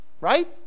Right